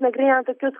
nagrinėjant tokius